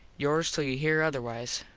yours till you here otherwise,